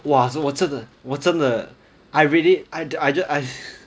!wah! 我这次我真的 I really I'd I'd